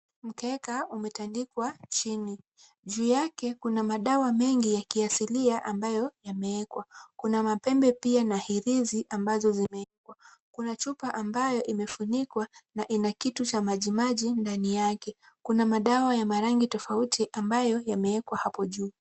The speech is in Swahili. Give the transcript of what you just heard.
Mkeka umetandikwa chini, juu yake kuna madawa mengi ya kiasilia ambayo yameekwa. Kuna mapembe pia na hirizi ambazo zimeekwa. Kuna chupa ambayo imefunikwa na ina kitu cha majimaji ndani yake. Kuna madawa ya marangi tofauti ambayo yameekwa hapo juu.